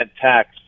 tax